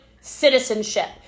citizenship